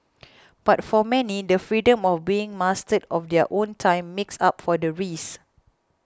but for many the freedom of being master of their own time makes up for the risks